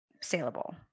saleable